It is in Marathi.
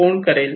कोण करेल